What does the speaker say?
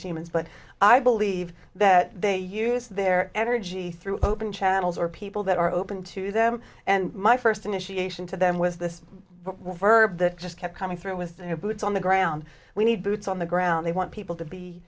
humans but i believe that they use their energy through open channels or people that are open to them and my first initiation to them was this one verb that just kept coming through with no boots on the ground we need boots on the ground they want people to be